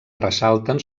ressalten